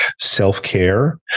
self-care